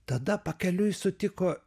tada pakeliui sutiko